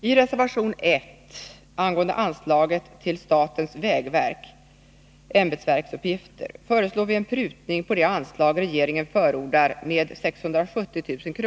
I reservation nr 1, som gäller Anslaget Statens vägverk: Ämbetsverksuppgifter, föreslår vi en prutning av det anslag regeringen förordar med 670 000 kr.